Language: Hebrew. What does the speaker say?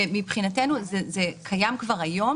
מבחינתנו זה קיים כבר היום